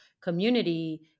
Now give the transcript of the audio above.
community